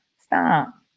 Stop